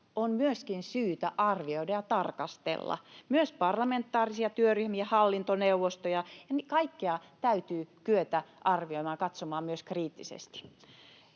on myöskin syytä arvioida ja tarkastella. Myös parlamentaarisia työryhmiä, hallintoneuvostoja ja kaikkea täytyy kyetä arvioimaan ja katsomaan myös kriittisesti.